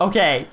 Okay